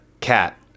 cat